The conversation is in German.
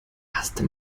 haste